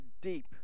deep